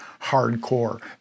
hardcore